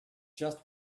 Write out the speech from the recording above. just